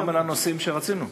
גם על הנושאים שרצינו?